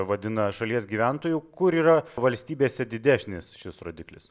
vadina šalies gyventojų kur yra valstybėse didešnis šis rodiklis